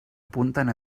apunten